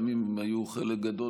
גם אם הם היו חלק גדול,